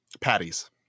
Patties